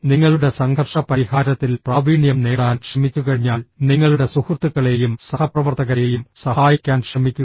നിങ്ങളുടെ സംഘർഷ പരിഹാരത്തിൽ പ്രാവീണ്യം നേടാൻ ശ്രമിച്ചുകഴിഞ്ഞാൽ നിങ്ങളുടെ സുഹൃത്തുക്കളെയും സഹപ്രവർത്തകരെയും സഹായിക്കാൻ ശ്രമിക്കുക